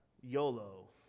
YOLO